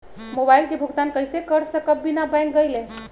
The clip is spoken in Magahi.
मोबाईल के भुगतान कईसे कर सकब बिना बैंक गईले?